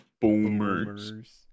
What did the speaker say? boomers